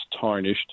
tarnished